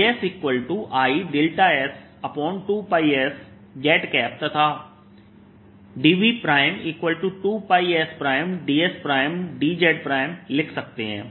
क्योंकि jsIδ2πsz तथा dV2s ds dz लिख सकते हैं